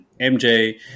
MJ